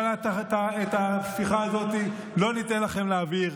אבל את ההפיכה הזאת לא ניתן לכם להעביר,